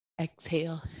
exhale